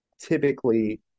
Typically